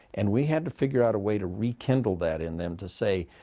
and we had to figure out a way to rekindle that in them to say,